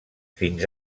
fins